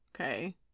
Okay